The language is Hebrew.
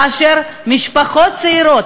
כאשר משפחות צעירות,